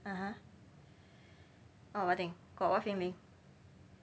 (uh huh) orh what thing got what feeling